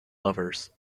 lovers